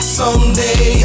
someday